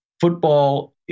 Football